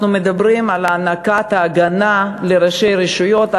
אנחנו מדברים על הענקת הגנה לראשי רשויות,